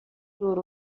دور